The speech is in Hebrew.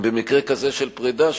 במקרה כזה של פרידה,